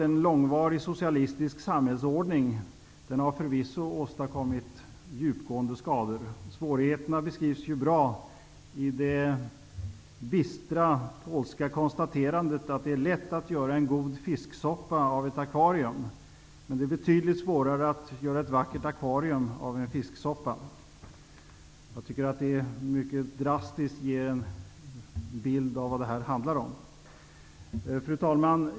En långvarig socialistisk samhällsordning har förvisso åstadkommit djupgående skador. Svårigheterna beskrivs ju bra i det bistra polska konstaterandet att det är lätt att göra en god fisksoppa av ett akvarium, men det är betydligt svårare att göra ett vackert akvarium av en fisksoppa. Detta ger mycket drastiskt en bild av vad det här handlar om. Fru talman!